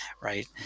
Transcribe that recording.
right